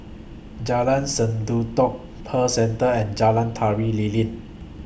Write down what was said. Jalan Sendudok Pearl Centre and Jalan Tari Lilin